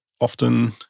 often